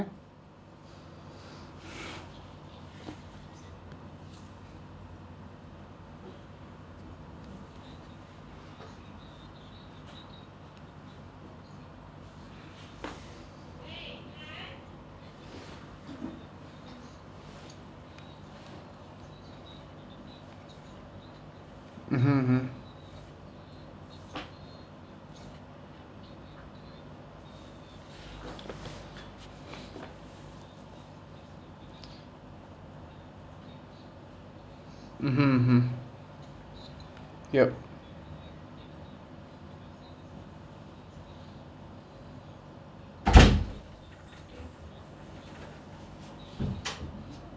mmhmm mmhmm mmhmm mmhmm yup